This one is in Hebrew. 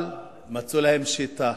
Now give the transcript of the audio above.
אבל הם מצאו להם שיטה,